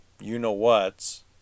you-know-whats